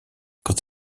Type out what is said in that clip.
quant